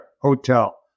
hotel